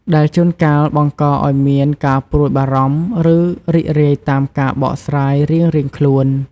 ដែលជួនកាលបង្កឱ្យមានការព្រួយបារម្ភ ឬរីករាយតាមការបកស្រាយរៀងៗខ្លួន។